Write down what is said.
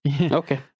Okay